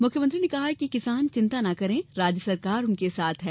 मुख्यमंत्री ने कहा कि किसान चिंता नहीं करें राज्य सरकार उनके साथ है